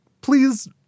please